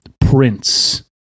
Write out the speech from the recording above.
Prince